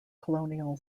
colonial